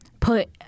put